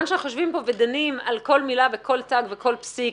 שאנחנו יושבים כאן ודנים על כל מילה ועל כל תג וכל פסיק,